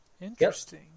Interesting